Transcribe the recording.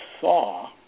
saw